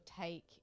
take